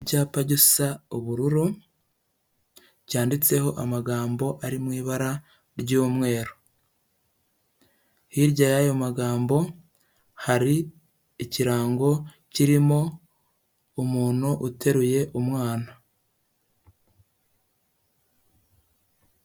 Icyapa gisa ubururu cyanditseho amagambo ari mu ibara ry'umweru, hirya y'ayo magambo hari ikirango kirimo umuntu uteruye umwana.